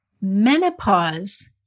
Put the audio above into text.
menopause